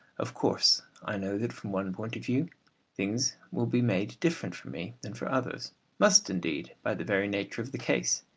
of course i know that from one point of view things will be made different for me than for others must indeed, by the very nature of the case,